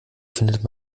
findet